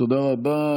תודה רבה.